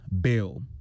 bill